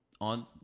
on